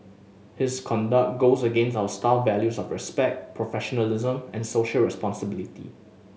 his conduct goes against our staff values of respect professionalism and social responsibility